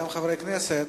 אין מתנגדים.